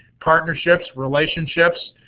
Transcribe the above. partnerships, relationships,